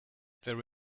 there